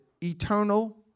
eternal